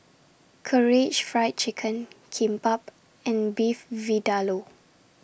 Karaage Fried Chicken Kimbap and Beef Vindaloo